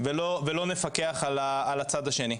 ולא נפקח על הצד השני.